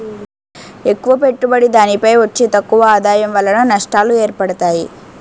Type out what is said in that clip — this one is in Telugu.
ఎక్కువ పెట్టుబడి దానిపై వచ్చే తక్కువ ఆదాయం వలన నష్టాలు ఏర్పడతాయి